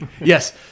Yes